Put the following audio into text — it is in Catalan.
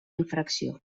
infracció